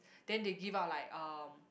then they give out like um